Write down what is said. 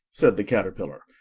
said the caterpillar.